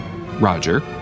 Roger